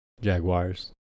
Jaguars